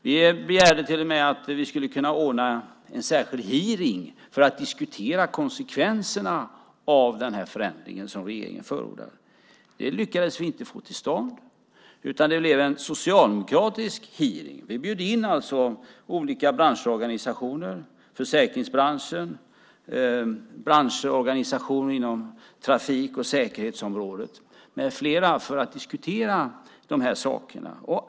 Vi begärde till och med att det skulle ordnas en särskild hearing för att diskutera konsekvenserna av den förändring som regeringen förordade. Det lyckades vi inte få till stånd, utan det blev en socialdemokratisk hearing. Vi bjöd in olika branschorganisationer, försäkringsbranschen och branschorganisationer på trafik och säkerhetsområdet med flera för att diskutera de här sakerna.